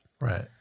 right